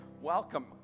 Welcome